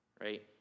right